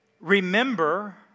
Remember